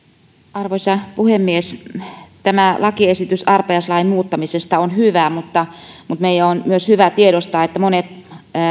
arvoisa puhemies tämä lakiesitys arpajaislain muuttamisesta on hyvä mutta mutta meidän on myös hyvä tiedostaa että monet